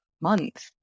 month